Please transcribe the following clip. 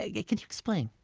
ah yeah can you explain?